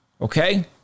Okay